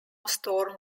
storm